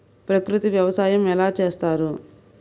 ప్రకృతి వ్యవసాయం ఎలా చేస్తారు?